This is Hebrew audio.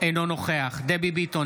אינו נוכח דבי ביטון,